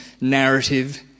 narrative